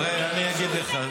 הרי אני אגיד לך,